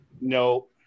No